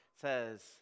says